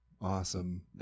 awesome